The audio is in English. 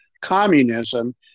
communism